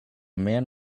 man